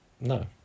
No